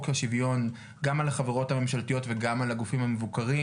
השיוויון גם על החברות הממשלתיות וגם על הגופים המבוקרים.